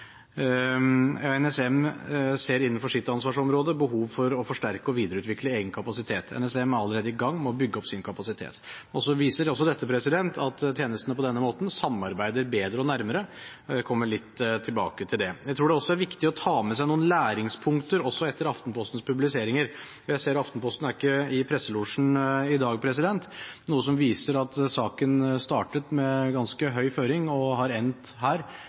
NSM ser innenfor sitt ansvarsområde behov for å forsterke og videreutvikle egen kapasitet. NSM er allerede i gang med å bygge opp sin kapasitet. Dette viser også at tjenestene på denne måten samarbeider bedre og nærmere, og jeg kommer litt tilbake til det. Jeg tror det også er viktig å ta med seg noen læringspunkter etter Aftenpostens publiseringer. Jeg ser at Aftenposten ikke er i presselosjen i dag, noe som viser at saken startet med ganske høy føring og har endt her,